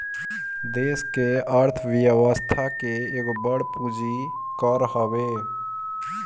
देस के अर्थ व्यवस्था के एगो बड़ पूंजी कर हवे